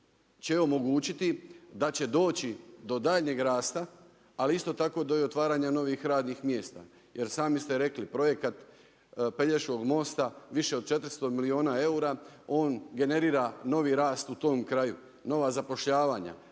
će omogućiti da će doći do daljnjeg rasta, ali isto tako i do otvaranja novih radnih mjesta. Jer sami ste rekli, projekat Pelješkog mosta više od 400 milijuna eura, on generira novi rast u tom kraju, nova zapošljavanja.